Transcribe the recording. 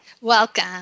Welcome